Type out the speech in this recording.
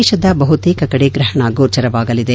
ದೇಶದ ಬಹುತೇಕ ಕಡೆ ಗ್ರಹಣ ಗೋಚರವಾಗಲಿದೆ